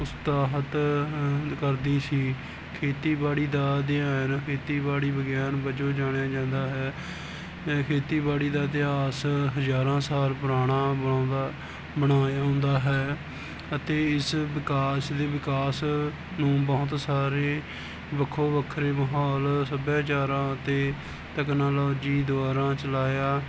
ਉਤਸ਼ਾਹਿਤ ਕਰਦੀ ਸੀ ਖੇਤੀਬਾੜੀ ਦਾ ਅਧਿਐਨ ਖੇਤੀਬਾੜੀ ਵਿਗਿਆਨ ਵਜੋਂ ਜਾਣਿਆ ਜਾਂਦਾ ਹੈ ਖੇਤੀਬਾੜੀ ਦਾ ਇਤਿਹਾਸ ਹਜ਼ਾਰਾਂ ਸਾਲ ਪੁਰਾਣਾ ਬਣਾਉਂਦਾ ਬਣਾਇਆ ਹੁੰਦਾ ਹੈ ਅਤੇ ਇਸ ਵਿਕਾਸ ਦੇ ਵਿਕਾਸ ਨੂੰ ਬਹੁਤ ਸਾਰੇ ਵੱਖੋ ਵੱਖਰੇ ਮਾਹੌਲ ਸੱਭਿਆਚਾਰਾਂ ਅਤੇ ਤਕਨੋਲੋਜੀ ਦੁਆਰਾ ਚਲਾਇਆ